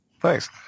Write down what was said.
Thanks